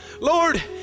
Lord